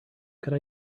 could